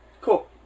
Cool